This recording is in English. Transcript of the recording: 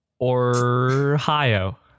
Ohio